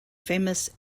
famous